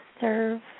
serve